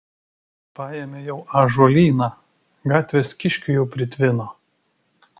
paėmė jau ąžuolyną gatvės kiškių jau pritvino